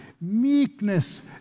meekness